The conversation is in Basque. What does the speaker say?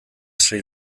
sri